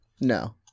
No